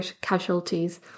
casualties